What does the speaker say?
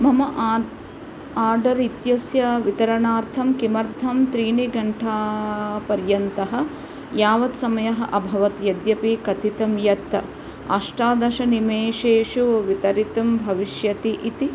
मम आर्डर् इत्यस्य वितरणार्थम् किमर्थं त्रीणि घण्टापर्यन्तः यावत् समयः अभवत् यद्यपि कथितं यत् अष्टादशनिमेशेषु वितरितुं भविष्यति इति